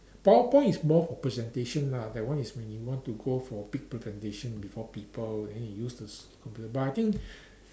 PowerPoint is more for presentation lah that one is when you want to go for big presentation before people then you use those computer but I think